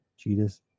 Jesus